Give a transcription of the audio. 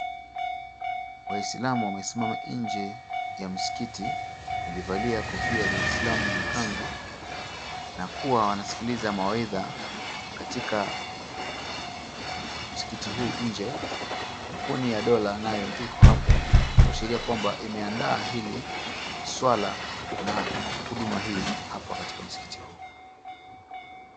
Waislamu wamesimama nje ya msikiti. Wamevalia kofia za kislamu na kanzu na kuwa wanaskiliza mawaidha katika msikiti huu nje. Kampuni ya Dola nayo ipo hapo kuashiria kwamba imeandaa hili swala na huduma hii hapa katika msikiti huu.